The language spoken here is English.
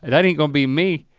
that ain't gonna be me.